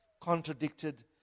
contradicted